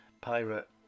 pirate